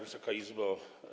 Wysoka Izbo!